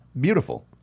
Beautiful